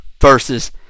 versus